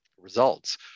results